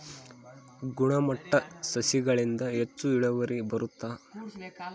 ಗುಣಮಟ್ಟ ಸಸಿಗಳಿಂದ ಹೆಚ್ಚು ಇಳುವರಿ ಬರುತ್ತಾ?